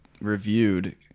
reviewed